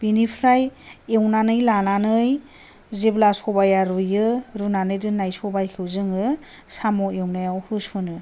बेनिफ्राय एवनानै लानानै जेब्ला सबाया रुइयो रुनानै दोननाय सबायखौ जोङो साम' एवनायाव होस'नो